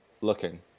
looking